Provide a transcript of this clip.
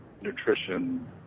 nutrition